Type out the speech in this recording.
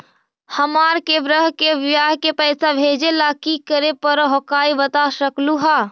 हमार के बह्र के बियाह के पैसा भेजे ला की करे परो हकाई बता सकलुहा?